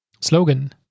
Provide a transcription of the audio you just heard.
slogan